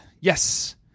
Yes